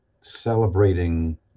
celebrating